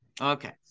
okay